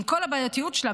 עם כל הבעייתיות שלה,